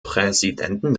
präsidenten